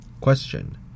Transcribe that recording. question